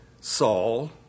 Saul